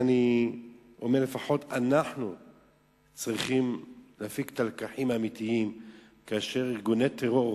לפחות אנחנו צריכים להפיק את הלקחים האמיתיים כאשר ארגוני טרור